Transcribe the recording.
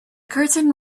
curtain